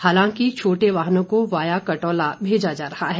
हालांकि छोटे वाहनों को वाया कटौला भेजा जा रहा है